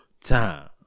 time